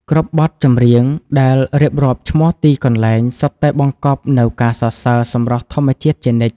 គ្រប់បទចម្រៀងដែលរៀបរាប់ឈ្មោះទីកន្លែង សុទ្ធតែបង្កប់នូវការសរសើរសម្រស់ធម្មជាតិជានិច្ច។